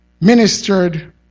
ministered